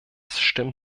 stimmt